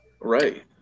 Right